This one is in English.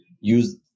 use